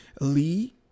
Lee